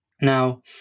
Now